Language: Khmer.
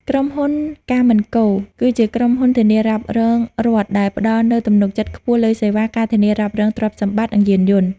ក្រុមហ៊ុន កាមិនកូ Caminco គឺជាក្រុមហ៊ុនធានារ៉ាប់រងរដ្ឋដែលផ្ដល់នូវទំនុកចិត្តខ្ពស់លើសេវា ការធានារ៉ាប់រងទ្រព្យសម្បត្តិ និងយានយន្ត។